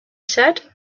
said